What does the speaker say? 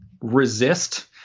resist